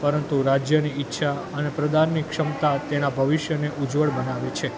પરંતુ રાજ્યની ઈચ્છા અનએ પ્રદાનની ક્ષમતા તેના ભવિષ્યને ઉજ્વળ બનાવે છે